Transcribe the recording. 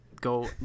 go